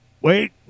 Wait